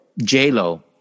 J-Lo